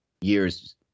years